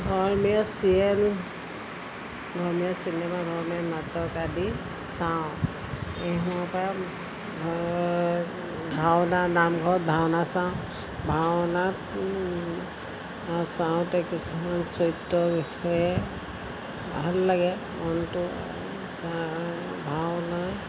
ধৰ্মীয় ছিৰিয়েল ধৰ্মীয় চিনেমা ধৰ্মীয় নাটক আদি চাওঁ এইসমূহ পা ভাওনা নামঘৰত ভাওনা চাওঁ ভাওনাত চাওঁতে কিছুমান চৰিত্ৰ বিষয়ে ভাল লাগে মনটো ভাওনা